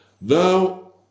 Now